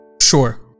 sure